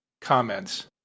comments